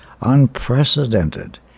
unprecedented